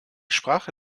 sprache